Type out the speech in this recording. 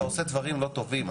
אתה עושה דברים לא טובים,